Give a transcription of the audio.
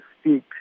speak